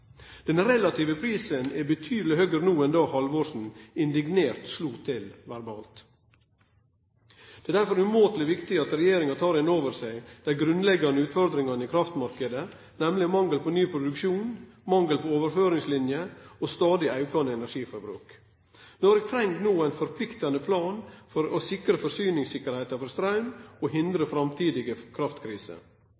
Den relative prisen er betydeleg høgare no enn då Halvorsen indignert slo til verbalt. Derfor er det umåteleg viktig at regjeringa tek inn over seg dei grunnleggjande utfordringane i kraftmarknaden, nemleg mangel på ny produksjon, mangel på overføringsliner og stadig aukande energiforbruk. Noreg treng no ein forpliktande plan for å sikre forsyningssikkerheita for straum og hindre